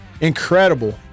incredible